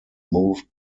moved